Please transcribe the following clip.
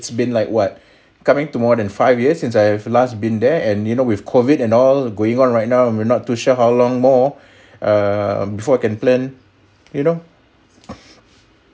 it's been like what coming to more than five years since I have last been there and you know with COVID and all going on right now and we're not too sure how long more err before can plan you know